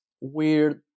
weird